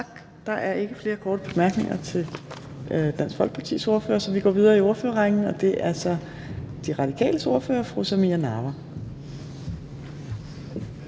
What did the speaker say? Der er ikke flere korte bemærkninger til Dansk Folkepartis ordfører, så vi går videre i ordførerrækken, og det er så De Radikales ordfører, fru Samira Nawa.